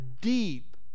deep